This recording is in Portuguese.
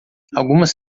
algumas